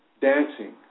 dancing